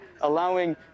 allowing